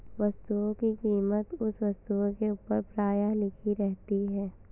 वस्तुओं की कीमत उस वस्तु के ऊपर प्रायः लिखी रहती है